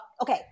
okay